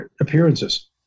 appearances